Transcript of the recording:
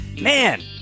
Man